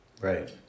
right